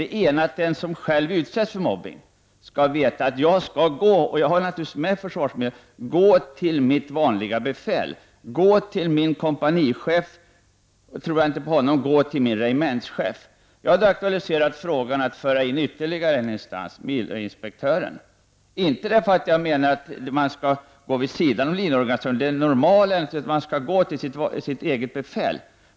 Det ena är att den som utsätts för mobbning skall veta att han kan gå till sitt vanliga befäl, dvs. kompanibefälet. Om den mobbade inte har förtroende för honom skall han kunna gå till sin regementschef. Jag har då aktualiserat frågan att införa ytterligare en instans, och det är det andra inslaget, nämligen miloinspektören. Med detta menar jag inte att man skall gå vid sidan om linjeorganisationen. Normalt sett skall man gå till sitt eget befäl.